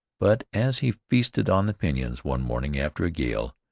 but as he feasted on the pinons one morning after a gale,